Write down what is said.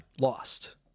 lost